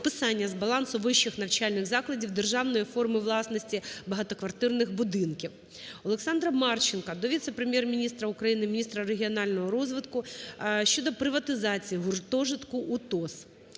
списання з балансу вищих навчальних закладів державної форми власності багатоквартирних будинків. Олександра Марченка до віце-прем’єр-міністра України - міністра регіонального розвитку щодо приватизації гуртожитку УТОС.